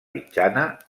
mitjana